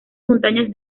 montañas